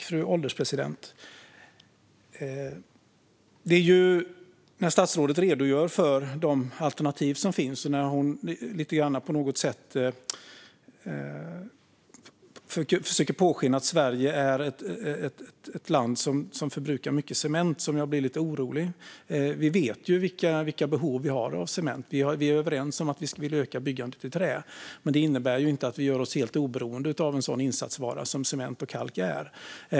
Fru ålderspresident! Det är när statsrådet redogör för de alternativ som finns och när hon lite grann på något sätt låter påskina att Sverige är ett land som förbrukar mycket cement som jag blir lite orolig. Vi vet vilka behov vi har av cement. Vi är överens om att vi vill öka byggandet i trä. Men det innebär inte att vi gör oss helt oberoende av en sådan insatsvara som cement och kalk är.